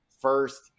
first